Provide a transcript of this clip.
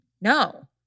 No